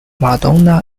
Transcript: madonna